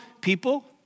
people